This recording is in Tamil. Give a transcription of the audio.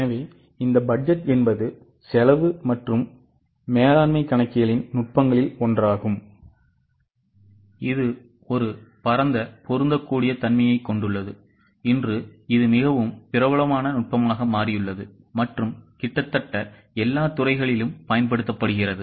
எனவே இந்த பட்ஜெட் என்பது செலவு மற்றும் மேலாண்மை கணக்கியலின் நுட்பங்களில் ஒன்றாகும் இது ஒரு பரந்த பொருந்தக்கூடிய தன்மையைக் கொண்டுள்ளது இன்று இது மிகவும் பிரபலமான நுட்பமாக மாறியுள்ளது மற்றும் கிட்டத்தட்ட எல்லா துறைகளிலும் பயன்படுத்தப்படுகிறது